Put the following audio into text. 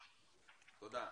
תודה.